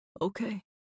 Okay